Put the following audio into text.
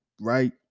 right